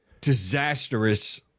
disastrous